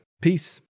Peace